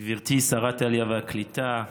גברתי שרת העלייה והקליטה הגב'